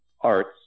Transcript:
arts